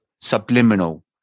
subliminal